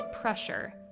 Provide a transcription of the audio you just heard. pressure